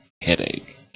headache